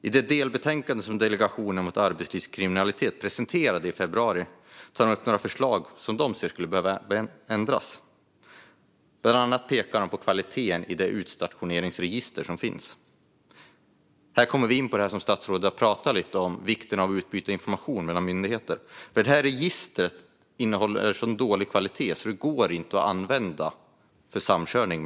I det delbetänkande som Delegationen mot arbetslivskriminalitet presenterade i februari fanns förslag på förändringar. Bland annat pekar man på kvaliteten i det utstationeringsregister som finns. Här kommer vi in på det statsrådet sa om vikten av att kunna utbyta information mellan myndigheter. Detta register håller så låg kvalitet att det inte går att använda för samkörning.